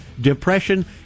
depression